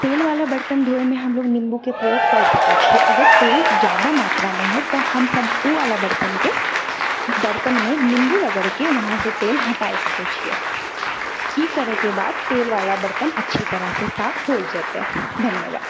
तेलवला बर्तन धोयमे हमलोग निम्बूके प्रयोग कर सकै छियै अगर तेल जादा मात्रामे हो तऽ हमसभ उ वला बर्तनके बर्तनमे निम्बू रगड़के उहाँसँ तेल हटा सकै छियै ई करैके बाद तेलवला बर्तन अच्छी तरहसँ साफ होइ जेतै धन्यबाद